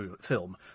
film